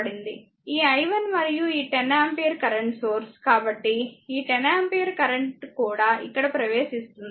ఈ i1 మరియు ఈ 10 ఆంపియర్ కరెంట్ సోర్స్ కాబట్టి ఈ 10 ఆంపియర్ కరెంట్ కూడా ఇక్కడ ప్రవేశిస్తుంది